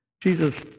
Jesus